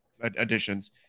additions